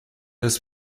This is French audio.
las